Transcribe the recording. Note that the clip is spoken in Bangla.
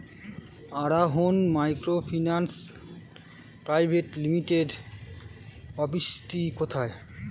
আরোহন মাইক্রোফিন্যান্স প্রাইভেট লিমিটেডের অফিসটি কোথায়?